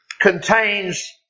contains